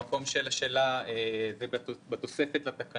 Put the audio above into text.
המקום שלה הוא בתוספת לתקנות,